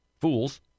fools